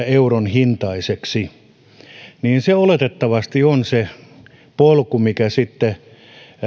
euron hintaiseksi se oletettavasti on se polku mikä sitten